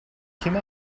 kimi